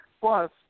Plus